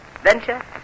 Venture